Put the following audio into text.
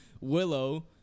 Willow